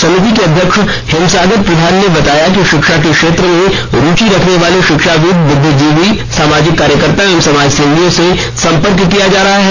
समिति के अध्यक्ष हेमसागर प्रधान ने बताया कि शिक्षा के क्षेत्र में रुचि रखने वाले शिक्षाविद बुद्धिजीवी सामाजिक कार्यकर्ता एवं समाजसेवियों से संपर्क किया जा रहा है